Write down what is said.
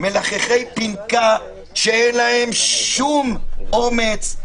מלחכי פנכה שאין להם שום אומץ,